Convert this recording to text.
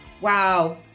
Wow